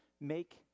make